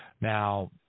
Now